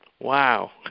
Wow